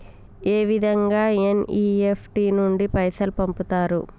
ఏ విధంగా ఎన్.ఇ.ఎఫ్.టి నుండి పైసలు పంపుతరు?